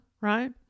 right